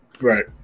right